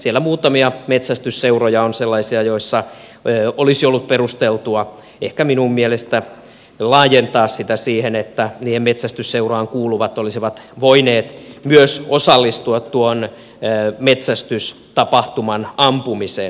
siellä muutamia metsästysseuroja on sellaisia että olisi ollut perusteltua ehkä minun mielestäni laajentaa sitä siihen että niihin metsästysseuroihin kuuluvat olisivat voineet osallistua tuossa metsästystapahtumassa myös ampumiseen